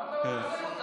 למה אתה לא מחזק אותם?